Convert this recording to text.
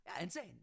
Insane